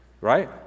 Right